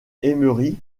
emery